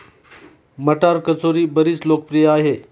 मटार कचोरी बरीच लोकप्रिय आहे